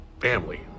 family